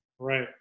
Right